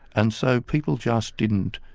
and so people just didn't